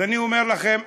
אז אני אומר לכם,